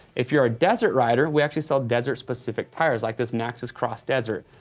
if you're a desert rider, we actually sell desert-specific tires, like this maxxis cross desert.